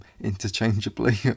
interchangeably